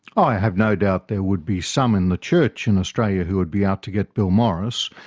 i have no doubt there would be some in the church in australia who would be out to get bill morris.